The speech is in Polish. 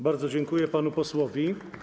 Bardzo dziękuję panu posłowi.